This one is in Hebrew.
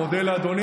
אני מודה לאדוני.